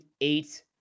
eight